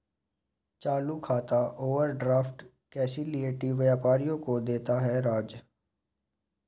चालू खाता overdraft facility व्यापारियों को देता है राज